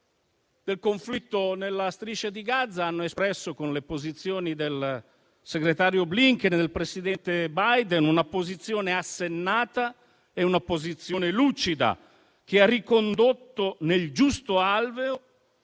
del conflitto nella Striscia di Gaza hanno espresso, con le dichiarazioni del segretario Blinken e del presidente Biden, una posizione assennata e lucida che ha ricondotto nel giusto alveo